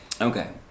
Okay